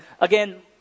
Again